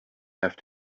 have